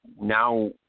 Now